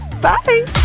Bye